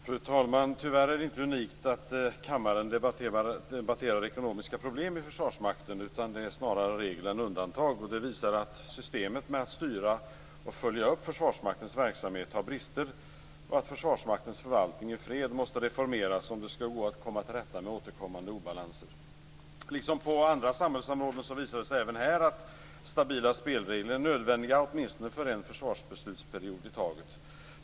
Fru talman! Tyvärr är det inte unikt att kammaren debatterar ekonomiska problem i Försvarsmakten. Det är snarare regel än undantag. Det visar att systemet med att styra och följa upp Försvarsmaktens verksamhet har brister och att Försvarsmaktens förvaltning i fred måste reformeras om det skall gå att komma till rätta med återkommande obalanser. Liksom på andra samhällsområden visar det sig även här att stabila spelregler är nödvändiga, åtminstone för en försvarsbeslutsperiod i taget.